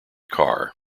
carr